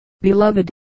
Beloved